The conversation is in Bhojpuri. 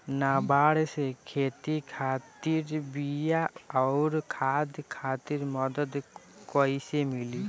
नाबार्ड से खेती खातिर बीया आउर खाद खातिर मदद कइसे मिली?